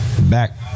Back